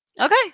Okay